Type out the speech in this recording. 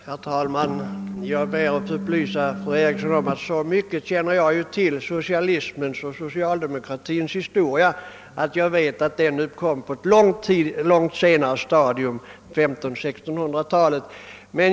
Herr talman! Jag ber att få upplysa fru Eriksson i Stockholm om att jag känner till så mycket när det gäller socialismens och socialdemokratins historia att jag vet att dessa ideologier tillkom på ett mycket senare stadium än 1500 eller 1600-talen.